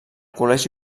col·legi